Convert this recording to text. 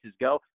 go